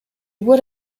would